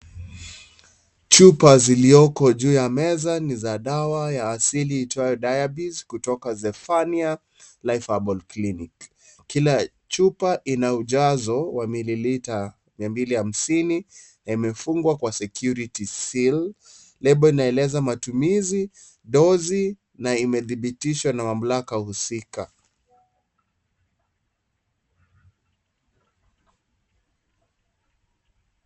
Chupa zilioko juu ya meza ni za dawa ya asili iitwayo diayabes kutoka Zephania Life Herbal clinic kila chupa ina ujazo wa mililita 250 na imefingwa kwa security seal lebo inaeleza matumizi dosi na imethibithishwa na mamlaka husika .